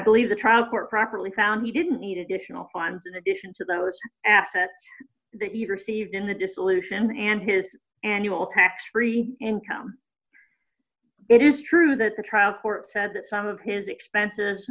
believe the trial court properly found he didn't need additional funds in addition to those assets that you've received in the dissolution and his annual tax free income it is true that the trial court said that some of his expenses